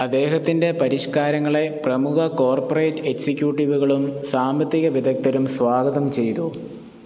അദ്ദേഹത്തിന്റെ പരിഷ്കാരങ്ങളെ പ്രമുഖ കോർപ്പറേറ്റ് എക്സിക്യൂട്ടീവുകളും സാമ്പത്തിക വിദഗ്ധരും സ്വാഗതം ചെയ്തു